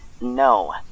No